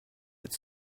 its